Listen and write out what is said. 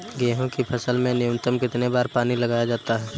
गेहूँ की फसल में न्यूनतम कितने बार पानी लगाया जाता है?